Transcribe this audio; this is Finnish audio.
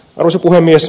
arvoisa puhemies